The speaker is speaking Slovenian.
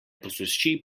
posuši